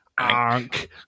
Ank